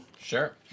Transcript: sure